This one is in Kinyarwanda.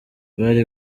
bari